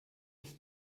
ist